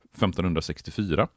1564